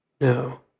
no